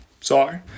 sorry